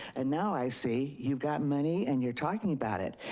and now i see you've gotten money, and you're talking about it.